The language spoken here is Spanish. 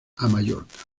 mallorca